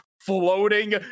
floating